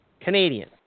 Canadian